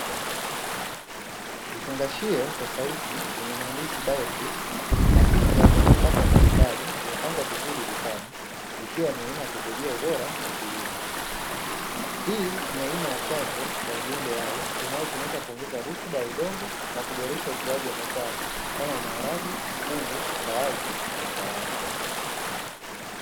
Vifungashio tofauti vyenye maandishi "BIOFIX" na picha za nafaka mbalimbali zilizopangwa dukani, zikiwa ni aina ya pembejeo bora ya kilimo. Hii ni aina ya chanjo ya viumbe hai inayotumika kuongeza rutuba ya udongo na kuboresha ukuaji wa mazao kama: maharage, kunde, mbaazi na karanga.